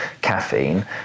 caffeine